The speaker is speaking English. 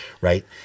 right